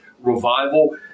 revival